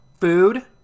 Food